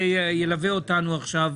זה ילווה אותנו עכשיו